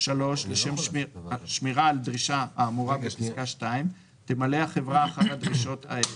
לשם שמירה על הדרישה האמורה בפסקה (2) תמלא החברה אחר הדרישות האלה: